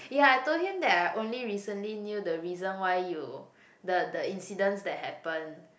ya I told him that I only recently knew the reason why you the the incidents that happen